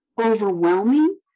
overwhelming